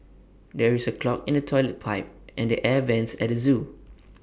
there is A clog in the Toilet Pipe and the air Vents at the Zoo